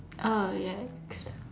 oh yikes